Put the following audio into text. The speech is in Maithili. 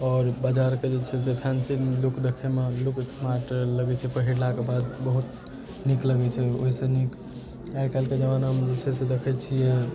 आओर बाजारके जे छै से फैन्सी लुक देखैमे लोग स्मार्ट लगै छै पहिरलाके बाद बहुत नीक लगै छै ओइसँ नीक आइ काल्हिके जमानामे जे छै से देखै छियै